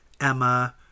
Emma